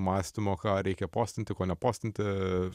mąstymo ką reikia postinti ko ne postinti